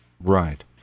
Right